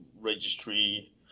registry